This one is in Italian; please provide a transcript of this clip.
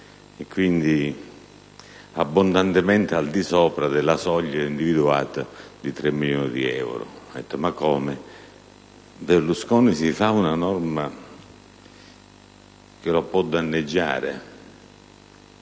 cifra abbondantemente al di sopra della soglia individuata di 3 milioni di euro. Ma come: Berlusconi si fa una norma che lo può danneggiare?